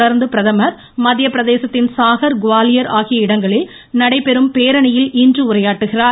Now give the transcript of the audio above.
தொடர்ந்து பிரதமர் மத்தியப்பிரதேசத்தின் சாஹர் குவாலியர் ஆகிய இடங்களில் நடைபெறும் பேரணியில் இன்று உரையாற்றுகிறார்